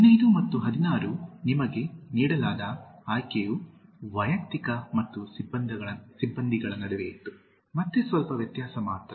15 ಮತ್ತು 16 ನಿಮಗೆ ನೀಡಲಾದ ಆಯ್ಕೆಯು ವೈಯಕ್ತಿಕ ಮತ್ತು ಸಿಬ್ಬಂದಿಗಳ ನಡುವೆ ಇತ್ತು ಮತ್ತೆ ಸ್ವಲ್ಪ ವ್ಯತ್ಯಾಸ ಮಾತ್ರ